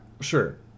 Sure